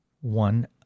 one